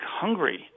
Hungary